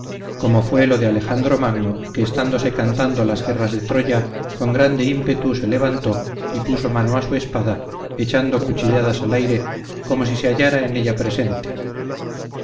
como fue lo de alejandro magno que estándole cantando las guerras de troya con grande ímpetu se levantó y puso mano a su espada echando cuchilladas al aire como si se hallara en ella presente